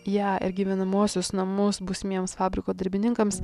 ją ir gyvenamuosius namus būsimiems fabriko darbininkams